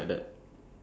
ya